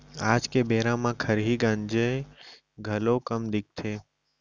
आज के बेरा म खरही गंजाय घलौ कम दिखथे